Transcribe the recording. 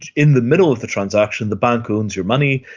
in the middle of the transaction the bank owns your money.